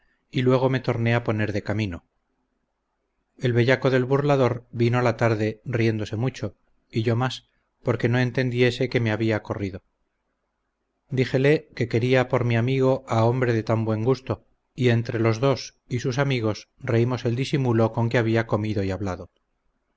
y luego me torné a poner de camino el bellaco del burlador vino a la tarde riéndose mucho y yo más porque no entendiese que me había corrido díjele que quería por mi amigo a hombre de tan buen gusto y entre los dos y sus amigos reímos el disimulo con que había comido y hablado